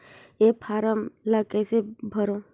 ये फारम ला कइसे भरो?